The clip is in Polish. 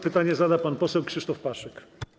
Pytanie zada pan poseł Krzysztof Paszyk.